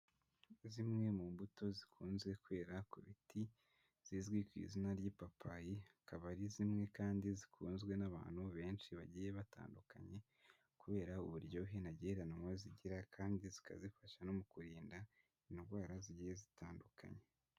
Zimwe mu mbuto zikunze kwera ku biti zizwi ku izina ry'ipapayi, akaba ari zimwe kandi zikunzwe n'abantu benshi bagiye batandukanye kubera uburyohe ntagereranywa zigira kandi zikaba zifasha no mu kurinda indwara zigiye zitandukanye.